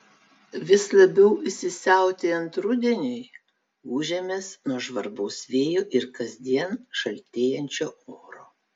vis labiau įsisiautėjant rudeniui gūžiamės nuo žvarbaus vėjo ir kasdien šaltėjančio oro